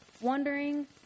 wondering